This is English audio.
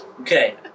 Okay